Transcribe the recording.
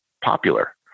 popular